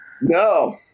No